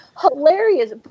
hilarious